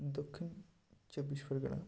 Dakshin Chabbish Pargana